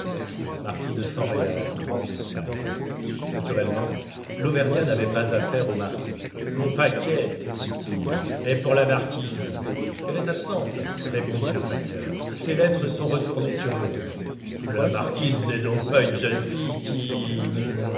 marquis de san réal grand d'espagne naturellement l'auvergnat n'avait pas affaire au marquis mon paquet dit-il est pour la marquise elle est absente répondit le facteur ses lettres sont retournées sur londres la marquise n'est donc pas une jeune fille